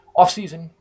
offseason